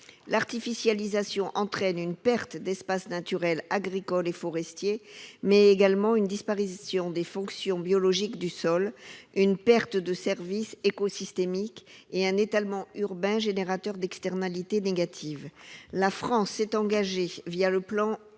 L'artificialisation des terres entraîne la perte d'espaces naturels agricoles et forestiers, mais également la disparition des fonctions biologiques du sol, la perte de services écosystémiques et un étalement urbain générateur d'externalités négatives. La France s'est engagée, le plan